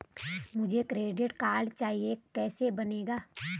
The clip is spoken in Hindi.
मुझे क्रेडिट कार्ड चाहिए कैसे बनेगा?